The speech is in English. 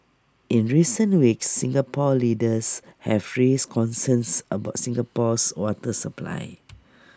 in recent weeks Singapore leaders have raised concerns about Singapore's water supply